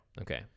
okay